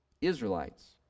Israelites